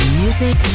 music